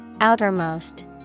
Outermost